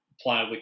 player